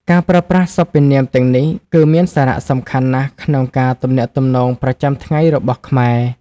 ការប្រើប្រាស់សព្វនាមទាំងនេះគឺមានសារៈសំខាន់ណាស់ក្នុងការទំនាក់ទំនងប្រចាំថ្ងៃរបស់ខ្មែរ។